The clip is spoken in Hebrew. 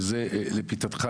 וזה לפתחך,